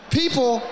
people